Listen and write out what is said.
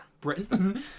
Britain